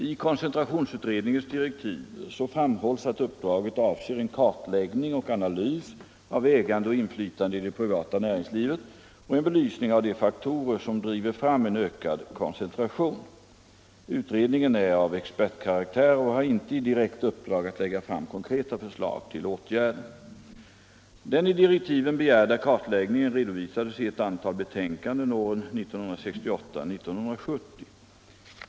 I koncentrationsutredningens direktiv framhålls att uppdraget avser en kartläggning och analys av ägande och inflytande i det privata näringslivet och en belysning av de faktorer som driver fram en ökad koncentration. Utredningen är av expertkaraktär och har inte i direkt uppdrag att lägga fram konkreta förslag till åtgärder. Den i direktiven begärda kartläggningen redovisades i ett antal betänkanden åren 1968-1970.